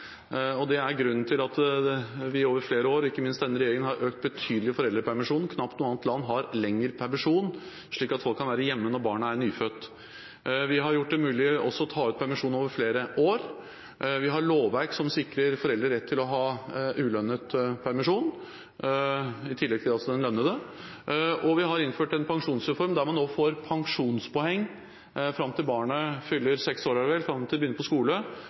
Det er grunnen til at vi over flere år – ikke minst denne regjeringen – har økt foreldrepermisjonen betydelig. Knapt noe annet land har lengre permisjon, slik at folk kan være hjemme når barnet er nyfødt. Vi har også gjort det mulig å ta ut permisjon over flere år. Vi har lovverk som sikrer foreldre rett til å ha ulønnet permisjon, i tillegg til den lønnede. Vi har innført en pensjonsreform der man får pensjonspoeng fram til barnet fyller seks år – er det vel – og begynner på